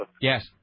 yes